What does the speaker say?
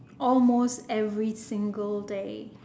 almost every single day